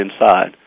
inside